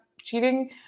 cheating